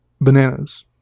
Bananas